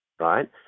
right